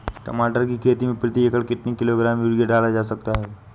टमाटर की खेती में प्रति एकड़ कितनी किलो ग्राम यूरिया डाला जा सकता है?